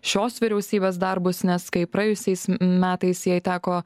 šios vyriausybės darbus nes kai praėjusiais metais jai teko